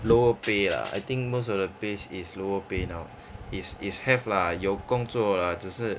lower pay lah I think most of the pays is lower pay now is is have lah 有工作啦只是